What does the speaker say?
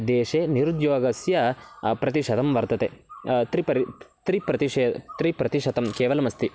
देशे निरुद्योगस्य प्रतिशतं वर्तते त्रिपरि त्रिप्रतिशतं त्रि प्रतिशतं केवलमस्ति